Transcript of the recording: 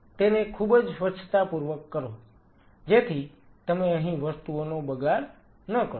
તેને ખૂબ જ સ્વચ્છતાપૂર્વક કરો જેથી તમે અહીં વસ્તુઓનો બગાડ ન કરો